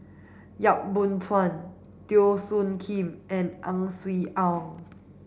Yap Boon Chuan Teo Soon Kim and Ang Swee Aun